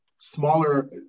smaller